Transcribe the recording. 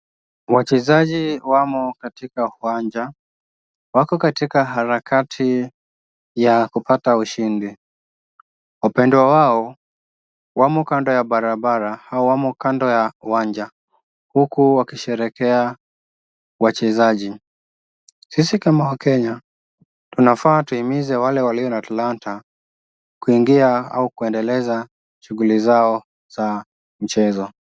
Wachezaji wamo katika uwanja. Wako katika harakati ya kupata ushindi. Wapendwa wao wamo kando ya barabara, hawamo kando ya uwanja huku wakisheherekea wachezaji. Sisi kama wakenya tunafaa tuhimize wale walio na talanta kuingia au kuendeleza shughuli zao za mchezo.